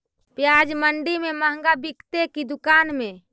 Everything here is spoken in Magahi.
प्याज मंडि में मँहगा बिकते कि दुकान में?